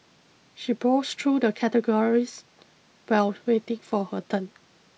she browsed through the categories while waiting for her turn